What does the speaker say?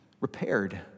repaired